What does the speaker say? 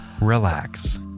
relax